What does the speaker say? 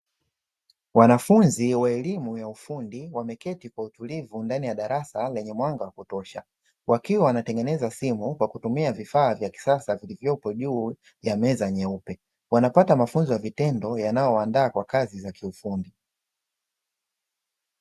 Wanafunzi wa elimu ya ufundi wameketi kwa utulivu ndani ya darasa lenye mwanga wa kutosha, wakiwa wanatengeneza simu kwa kutumia vifaa vya kisasa vilivyopo juu ya meza nyeupe. Wanapata mafunzo ya vitendo yanaowandaa kwa kazi za kiufundi.